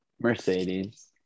Mercedes